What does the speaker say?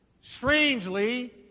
strangely